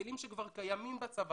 בכלים שכבר קיימים בצבא.